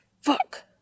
Fuck